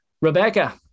Rebecca